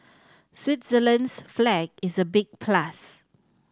Switzerland's flag is a big plus